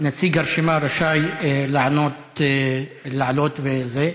נציג הרשימה רשאי לענות, לעלות וזה.